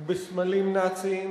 ובסמלים נאציים